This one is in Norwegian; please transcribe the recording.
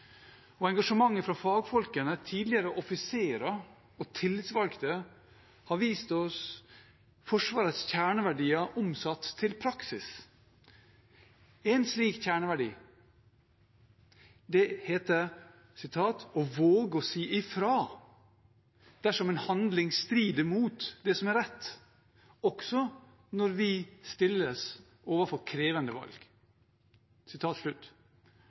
Engasjementet fra fagfolk, tidligere offiserer og tillitsvalgte har vist oss Forsvarets kjerneverdier omsatt i praksis. Én slik kjerneverdi er å våge å si ifra dersom en handling strider mot det som er rett, også når vi stilles overfor krevende valg.